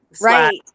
Right